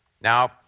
Now